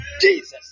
Jesus